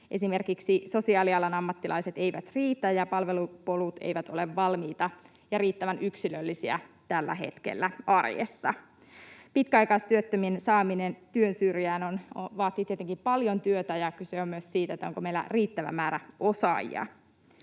Esimerkiksi sosiaalialan ammattilaiset eivät riitä, ja palvelupolut eivät ole valmiita ja riittävän yksilöllisiä tällä hetkellä arjessa. Pitkäaikaistyöttömien saaminen työnsyrjään vaatii tietenkin paljon työtä, ja kyse on myös siitä, onko meillä riittävä määrä osaajia.